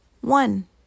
One